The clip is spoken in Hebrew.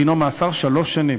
דינו מאסר שלוש שנים.